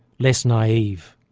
less naive,